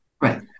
Right